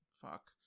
fuck